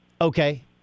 Okay